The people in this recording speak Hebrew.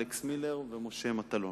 אלכס מילר ומשה מטלון.